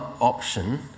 option